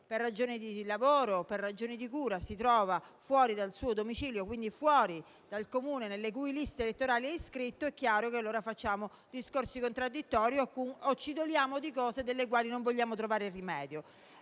per ragioni di lavoro o di cura, si trova fuori dal suo domicilio, quindi fuori dal Comune nelle cui liste elettorali è iscritto, è chiaro che allora facciamo discorsi contraddittori o ci doliamo di cose alle quali non vogliamo trovare rimedio.